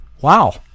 wow